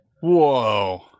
Whoa